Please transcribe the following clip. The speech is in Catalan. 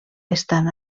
estan